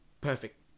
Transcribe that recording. Perfect